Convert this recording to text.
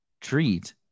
treat